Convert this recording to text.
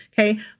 Okay